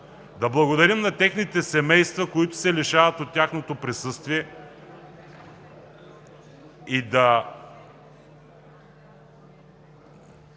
Да благодарим на техните семейства, които се лишават от тяхното присъствие и …